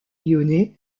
lyonnais